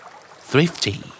Thrifty